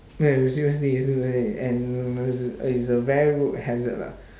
eh no seriously it's too many and it's it's a very road hazard lah